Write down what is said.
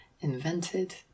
invented